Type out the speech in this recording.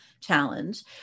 challenge